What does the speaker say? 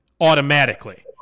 automatically